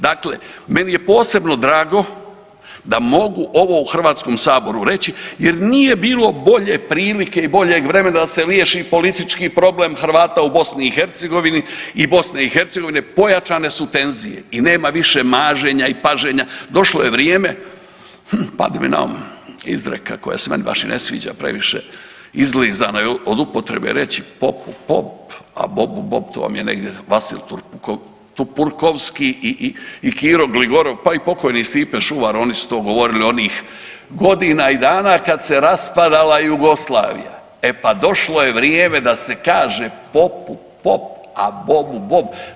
Dakle, meni je posebno drago da mogu ovo u Hrvatskom saboru reći jer nije bilo bolje prilike i boljeg vremena da se riješi politički problem Hrvata u BiH i BiH pojačane su tenzije i nema više maženja i paženja došlo je vrijeme, hmm pade mi na um izreka koja se meni baš i ne sviđa previše, izlizano je od upotrebe reći, popu pop a bobu bob, to vam je negdje Vasil Tupurkovski i Kiro Gligorov, pa i pokojni Stipe Šuvar oni su to govorili onih godina i dana kad se raspadala Jugoslavija, a pa došlo je vrijeme da se kaže popu pop a bobu bob.